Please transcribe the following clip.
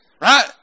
Right